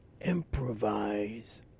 Improvise